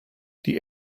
die